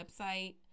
website